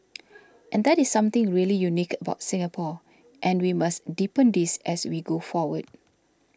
and that is something really unique about Singapore and we must deepen this as we go forward